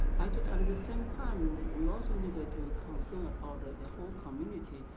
at the same time we also needed to ah concern about ah the whole community.